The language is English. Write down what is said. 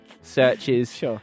searches